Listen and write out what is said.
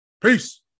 Peace